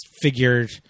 figured